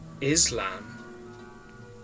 Islam